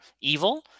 evil